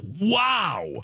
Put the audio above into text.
wow